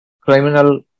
criminal